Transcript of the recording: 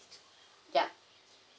yup